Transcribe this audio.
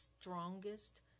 strongest